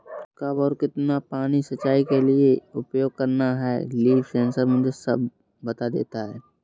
कब और कितना पानी सिंचाई के लिए उपयोग करना है लीफ सेंसर मुझे सब बता देता है